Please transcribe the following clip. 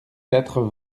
quatre